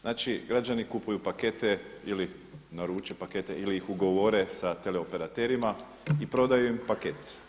Znači građani kupuju pakete ili naruče pakete ili ih ugovore sa teleoperaterima i prodaju im paket.